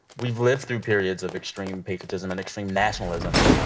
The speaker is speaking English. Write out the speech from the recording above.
we've lived through periods of extreme patriotism and extreme nationalism.